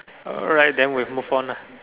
alright then we move on lah